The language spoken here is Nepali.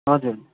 हजुर